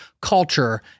culture